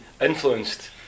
influenced